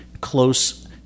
Close